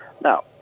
Now